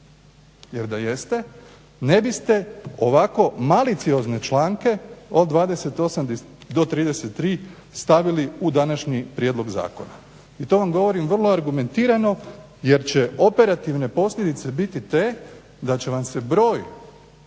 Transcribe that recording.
jer da jeste ne biste ovako maliciozne članke od 28. do 33. stavili u današnji prijedlog zakona. I to vam govorim vrlo argumentiralo jer će operativne posljedice biti te da će vam se broj